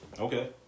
Okay